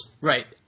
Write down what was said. Right